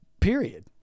period